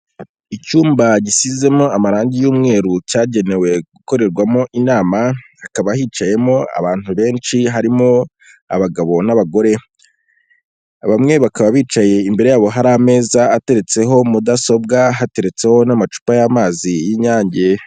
Icyumba gisizemo amarangi y'umweru cyagenewe gukorerwamo inama, hakaba hicayemo abantu benshi harimo abagabo n'abagore, bamwe bakaba bicaye imbere yabo hari ameza ateretseho mudasobwa hateretse n'amacupa y'amazi y'Inyange.